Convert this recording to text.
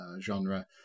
genre